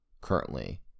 currently